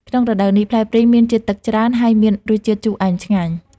ក្នុងរដូវនេះ ផ្លែព្រីងមានជាតិទឹកច្រើន ហើយមានរសជាតិជូរអែមឆ្ងាញ់។